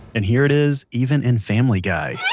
and here it is even in family guy yeah